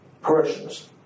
parishioners